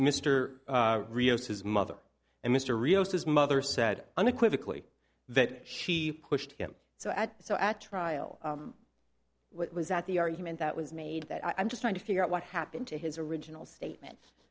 mr rios his mother and mr rios his mother said unequivocally that she pushed him so at so at trial what was that the argument that was made that i'm just trying to figure out what happened to his original statement